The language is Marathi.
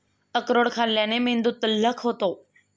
अक्रोड खाल्ल्याने मेंदू तल्लख होतो